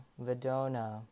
Vedona